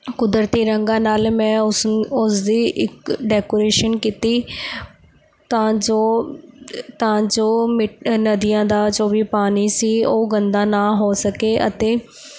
ਕੁਦਰਤੀ ਰੰਗਾਂ ਨਾਲ ਮੈਂ ਉਸ ਉਸਦੀ ਇੱਕ ਡੈਕੋਰੇਸ਼ਨ ਕੀਤੀ ਤਾਂ ਜੋ ਤਾਂ ਜੋ ਮਿ ਨਦੀਆਂ ਦਾ ਜੋ ਵੀ ਪਾਣੀ ਸੀ ਉਹ ਗੰਦਾ ਨਾ ਹੋ ਸਕੇ ਅਤੇ